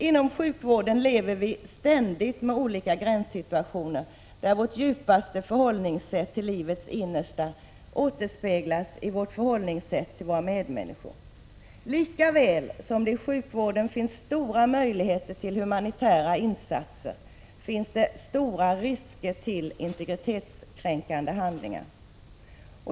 Inom sjukvården lever vi ständigt med olika gränssituationer, där vårt djupaste förhållningssätt till livets innersta återspeglas i vårt förhållningssätt till våra medmänniskor. Lika väl som det inom sjukvården finns stora möjligheter till humanitära insatser finns det stora risker för integritetskränkande handlingar.